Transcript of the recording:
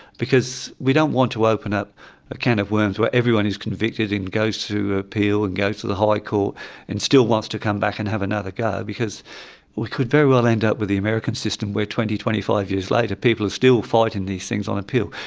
because we don't want to open up a can of worms where everyone is convicted and goes through appeal and goes to the high court and still wants to come back and have another go, because we could very well end up with the american system where twenty twenty five years later people are still fighting these things on appeal.